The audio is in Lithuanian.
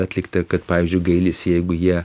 atlikta kad pavyzdžiui gailisi jeigu jie